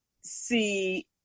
see